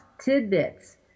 tidbits